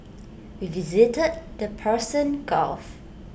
we visited the Persian gulf